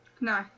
No